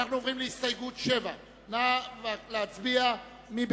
אנחנו עוברים לסעיף 6. סעיף 6 עוסק